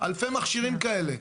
אלפי מכשירים כאלה.